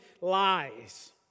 lies